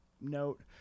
note